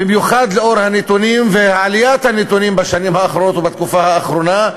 במיוחד בעקבות הנתונים ועליית הנתונים בשנים האחרונות ובתקופה אחרונה,